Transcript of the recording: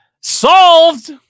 solved